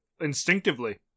instinctively